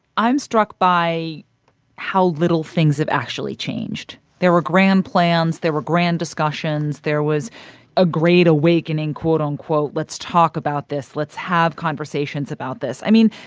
i'm struck by how little things have actually changed. there were grand plans. there were grand discussions. there was a great awakening, quote-unquote. let's talk about this. let's have conversations about this. i mean,